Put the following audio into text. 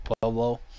Pueblo